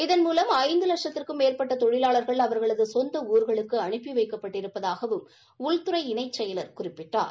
இதன் மூலம் ஐந்து வட்சத்திற்கும் மேற்பட்ட தொழிலாளா்கள் அவா்களது சொந்த ஊா்களுக்கு அனுப்பி வைக்கப்பட்டிருப்பதாகவும் உள்துறை இணைச் செயலர் குறிப்பிட்டார்